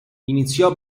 iniziò